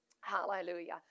Hallelujah